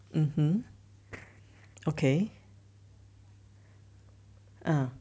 mm hmm okay ah